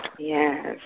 Yes